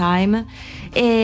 Time